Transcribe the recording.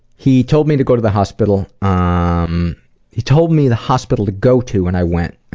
he told me to go to the hospital. ah um he told me the hospital to go to and i went.